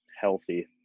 healthy